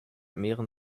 mehren